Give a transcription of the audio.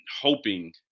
hoping